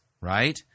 right